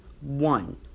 one